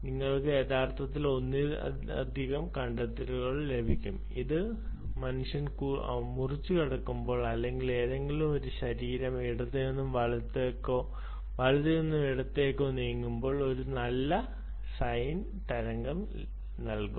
നിങ്ങൾക്ക് യഥാർത്ഥത്തിൽ ഒന്നിലധികം കണ്ടെത്തലുകൾ ലഭിക്കും അത് മനുഷ്യർ മുറിച്ചുകടക്കുമ്പോൾ അല്ലെങ്കിൽ ഒരു ശരീരം ഇടത്തുനിന്നും വലത്തോട്ടോ വലത്തു നിന്ന് ഇടത്തോട്ടോ നീങ്ങുമ്പോൾ ഒരു നല്ല സൈൻ തരംഗം നൽകും